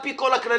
על פי כל הכללים,